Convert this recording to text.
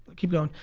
but keep going,